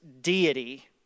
deity